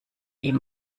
ihm